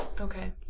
Okay